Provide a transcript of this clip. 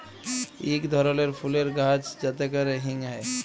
ইক ধরলের ফুলের গাহাচ যাতে ক্যরে হিং হ্যয়